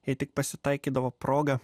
jei tik pasitaikydavo proga